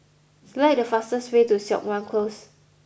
select the fastest way to Siok Wan Close